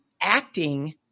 acting